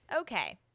okay